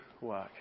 work